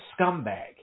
scumbag